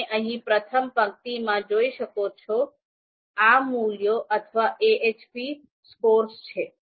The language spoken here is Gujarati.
તમે અહીં પ્રથમ પંક્તિમાં જોઈ શકો છો આ મૂલ્યો અથવા AHP સ્કોર્સ છે